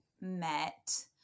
met